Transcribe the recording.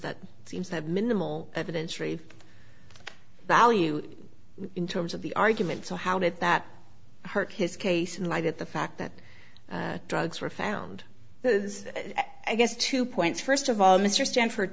that seems to have minimal evidence free value in terms of the argument so how did that hurt his case in light at the fact that drugs were found i guess two points first of all mr stanford